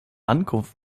ankunft